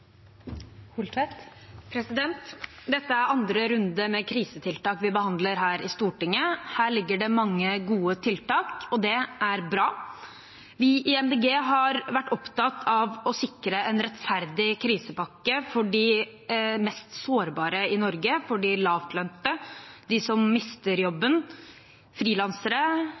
krisetid. Dette er andre runde med krisetiltak vi behandler her i Stortinget. Her ligger det mange gode tiltak, og det er bra. Vi i MDG har vært opptatt av å sikre en rettferdig krisepakke for de mest sårbare i Norge, for de lavtlønte, for dem som mister jobben,